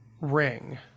ring